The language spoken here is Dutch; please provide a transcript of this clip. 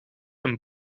een